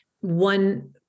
one